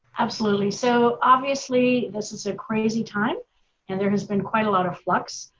absolutely, so, obviously this is a crazy time and there has been quite a lot of flux.